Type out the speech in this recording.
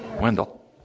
Wendell